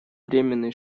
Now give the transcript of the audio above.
временной